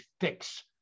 fix